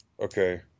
Okay